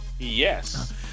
Yes